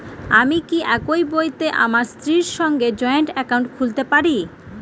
আমি কি একই বইতে আমার স্ত্রীর সঙ্গে জয়েন্ট একাউন্ট করতে পারি?